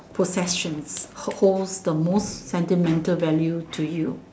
possessions ho~ holds the most sentimental value to you